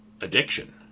addiction